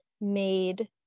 made